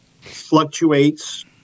fluctuates